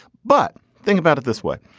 but think about it this way.